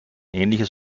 ähnliches